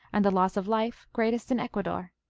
and the loss of life greatest in ecuador.